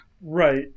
Right